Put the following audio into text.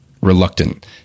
reluctant